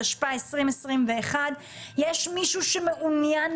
התשפ"א-2021 (מ/1436),